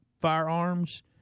firearms